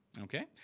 Okay